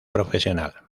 profesional